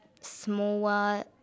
smaller